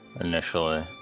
initially